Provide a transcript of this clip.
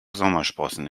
sommersprossen